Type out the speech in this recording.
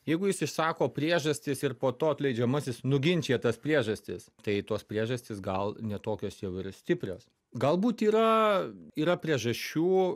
jeigu jis išsako priežastis ir po to atleidžiamasis nuginčija tas priežastis tai tos priežastys gal ne tokios jau ir stiprios galbūt yra yra priežasčių